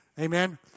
Amen